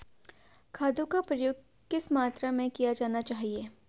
खादों का प्रयोग किस मात्रा में किया जाना चाहिए?